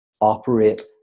operate